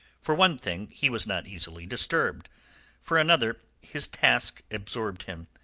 for one thing, he was not easily disturbed for another, his task absorbed him.